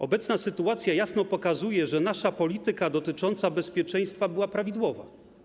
Obecna sytuacja jasno pokazuje, że nasza polityka dotycząca bezpieczeństwa była prawidłowa.